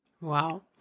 Wow